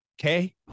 Okay